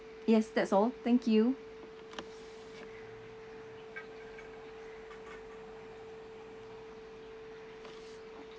yes that's all thank you